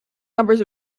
numbers